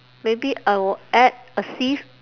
maybe I will add a sieve